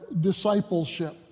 discipleship